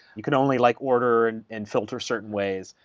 you can only like order and and filter certain ways,